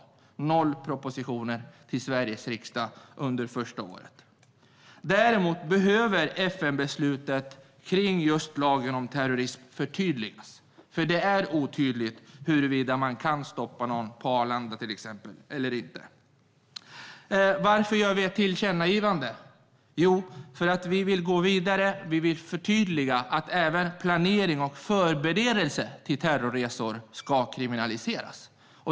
Det är inga propositioner till Sveriges riksdag under första året. Däremot behöver FN-beslutet kring just lagen om terrorism förtydligas, för det är otydligt huruvida man till exempel kan stoppa någon på Arlanda eller inte. Varför gör vi ett tillkännagivande? Jo, det gör vi för att vi vill gå vidare. Vi vill förtydliga att även planering av och förberedelse för terrorresor ska kriminaliseras.